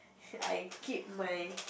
I keep my